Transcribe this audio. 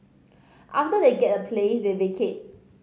after they get a place they vacate